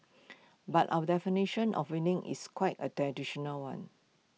but our definition of winning is quite A one